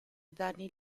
danni